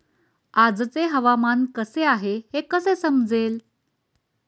आजचे हवामान कसे आहे हे कसे समजेल?